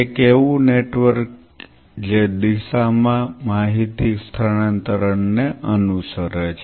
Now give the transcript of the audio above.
એક એવું નેટવર્ક જે દિશામાં માહિતી સ્થાનાંતરણને અનુસરે છે